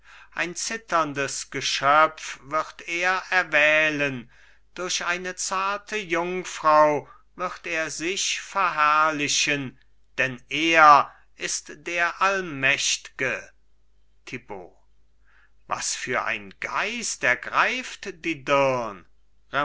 sein zitterndes geschöpf wird er erwählen durch eine zarte jungfrau wird er sich verherrlichen denn er ist der allmächtge thibaut was für ein geist ergreift die